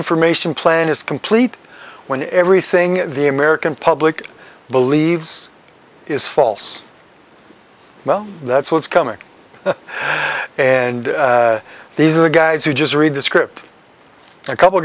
from ation plan is complete when everything the american public believes is false well that's what's coming and these are the guys who just read the script and a couple